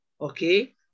okay